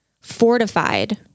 fortified